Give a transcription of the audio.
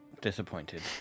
disappointed